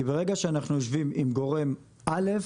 כי ברגע שאנחנו יושבים עם גורם א'